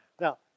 Now